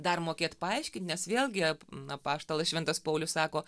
dar mokėt paaiškint nes vėlgi apaštalas šventas paulius sako